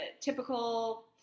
typical